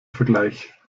vergleich